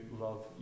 love